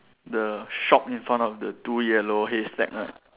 the shop in front of the two yellow haystack right